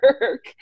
work